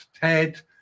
Ted